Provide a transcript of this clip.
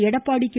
Edappadi K